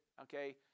Okay